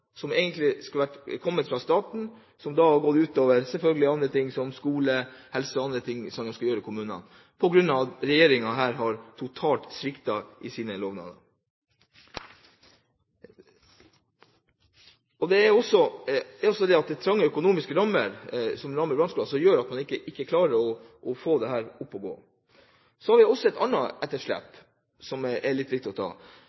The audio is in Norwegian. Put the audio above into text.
som egentlig skulle kommet fra staten. Det går da selvfølgelig ut over andre ting, som skole, helse og annet som man har ansvar for i kommunene, på grunn av at regjeringen her totalt har sviktet sine lovnader. Det er også slik at trange økonomiske rammer som rammer brannskolene, gjør at man ikke klarer å få dette opp å gå. Det er også et annet etterslep som er litt viktig å ta